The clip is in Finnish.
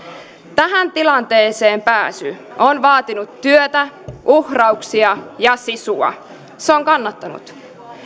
tähän tilanteeseen pääsy on vaatinut työtä uhrauksia ja sisua se on kannattanut